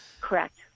correct